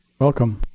welcome.